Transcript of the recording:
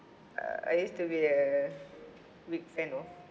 err I used to be a big fan of